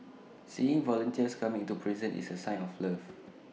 seeing volunteers coming into prison is A sign of love